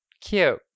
Cute